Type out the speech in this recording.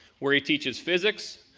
where he teaches physics,